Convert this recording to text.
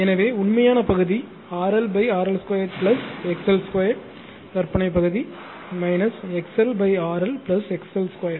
எனவே உண்மையான பகுதி RL RL 2 XL 2 கற்பனை பகுதி XL RL XL2